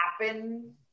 happen